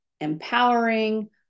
empowering